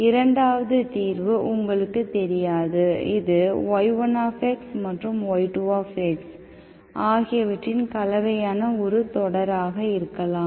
2வது தீர்வு உங்களுக்குத் தெரியாது இது y1xமற்றும் y2 ஆகியவற்றின் கலவையான ஒரு தொடராக இருக்கலாம்